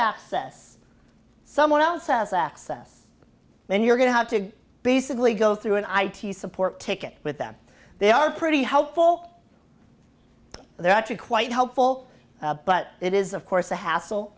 access someone else has access then you're going to have to basically go through an i d support ticket with them they are pretty helpful they're actually quite helpful but it is of course a hassle